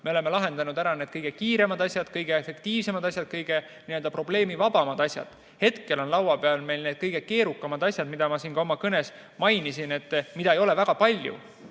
me oleme lahendanud ära need kõige kiiremad asjad, kõige efektiivsemad asjad, kõige probleemivabamad asjad. Hetkel on meil laua peal need kõige keerukamad asjad, mida ma ka oma kõnes mainisin ja mida ei ole väga palju.